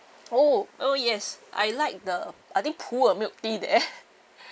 oh oh yes I like the I think 普尔 milk tea there